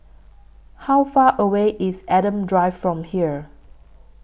How Far away IS Adam Drive from here